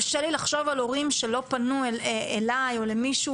קשה לי לחשוב על הורים שלא פנו אליי או למישהו